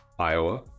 Iowa